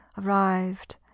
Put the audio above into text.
arrived